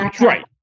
Right